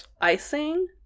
icing